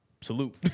salute